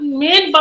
main